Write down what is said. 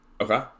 Okay